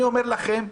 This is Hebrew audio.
אני אומר לכם,